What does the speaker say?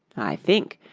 i think,